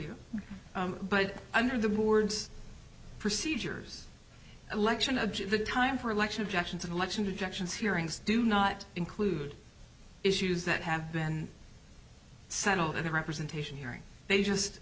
you but under the board's procedures election of the time for election objections and election rejections hearings do not include issues that have been settled in a representation hearing they just